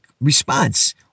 response